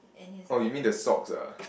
oh you mean the socks ah